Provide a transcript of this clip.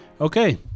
Okay